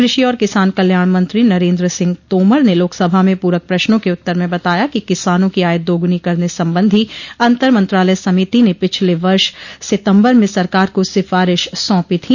कृ षि और किसान कल्याण मंत्री नरेन्द्र सिंह तोमर ने लोकसभा में पूरक प्रश्नों के उत्तर में बताया कि किसानों की आय दोगुनी करने संबंधी अंतर मंत्रालय समिति ने पिछले वर्ष सितम्बर में सरकार को सिफारिश सौंपी थी